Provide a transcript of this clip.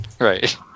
Right